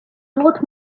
lot